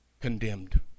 condemned